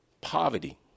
Poverty